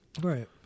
Right